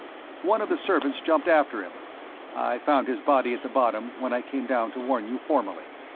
one of the servants jumped after him i found his body at the bottom when i came down to warn you formally.